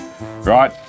right